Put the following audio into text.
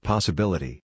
Possibility